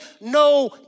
no